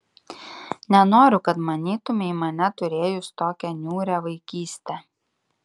nenoriu kad manytumei mane turėjus tokią niūrią vaikystę